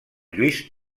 lluís